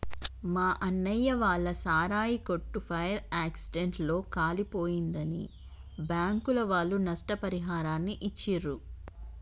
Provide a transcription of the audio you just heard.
మా అన్నయ్య వాళ్ళ సారాయి కొట్టు ఫైర్ యాక్సిడెంట్ లో కాలిపోయిందని బ్యాంకుల వాళ్ళు నష్టపరిహారాన్ని ఇచ్చిర్రు